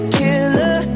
killer